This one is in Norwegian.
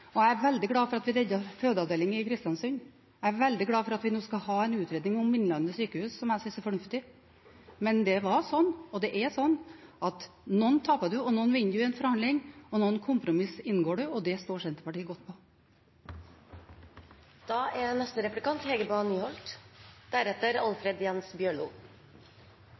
Jeg er veldig glad for at vi reddet fødeavdelingen i Kristiansund. Jeg er veldig glad for at vi nå skal ha en utredning om Innlandet sykehus, noe jeg synes er fornuftig. Men det var slik, og er slik, at noe taper man og noe vinner man i en forhandling, og noen kompromisser inngår man – og det står Senterpartiet godt på.